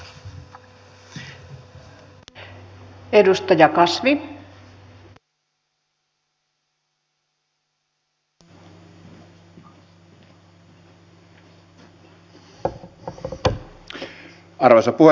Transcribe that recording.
arvoisa puhemies